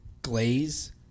Glaze